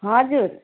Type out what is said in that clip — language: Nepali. हजुर